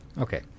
Okay